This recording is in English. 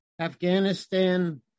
Afghanistan